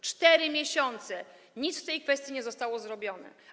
4 miesiące - nic w tej kwestii nie zostało zrobione.